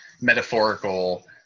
metaphorical